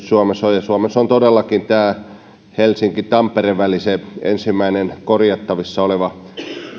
suomessa suomessa todellakin tämä helsinki tampere väli on se ensimmäinen korjattavissa oleva